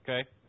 Okay